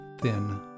thin